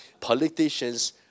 politicians